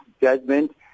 judgment